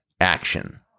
action